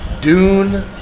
Dune